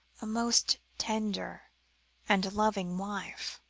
a most tender and loving wife.